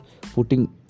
putting